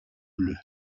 bleus